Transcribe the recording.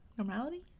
normality